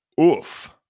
Oof